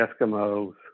Eskimos